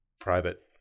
private